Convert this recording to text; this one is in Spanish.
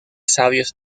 sabios